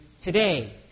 today